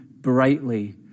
brightly